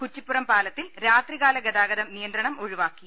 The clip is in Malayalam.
കുറ്റിപ്പുറം പാലത്തിൽ രാത്രികാല ഗതാഗത നിയന്ത്രണം ഒഴി വാക്കി